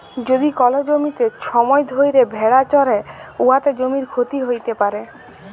যদি কল জ্যমিতে ছময় ধ্যইরে ভেড়া চরহে উয়াতে জ্যমির ক্ষতি হ্যইতে পারে